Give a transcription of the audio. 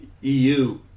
EU